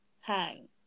hang